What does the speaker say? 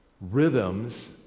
rhythms